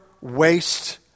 waste